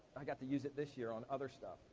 i got to use it this year on other stuff.